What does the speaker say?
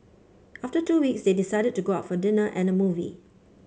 after two weeks they decided to go out for dinner and a movie